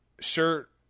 shirt